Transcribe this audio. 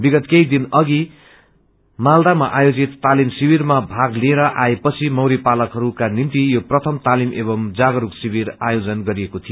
विगत केही दिन अघि मालदामा आयोजित तालिम शिविरमा भाग लिएर आए पछि मौरी पालकहरूका निभ्ति यो प्रथम तालिक एव जागरूक शिविर आयोजन गरिएको थियो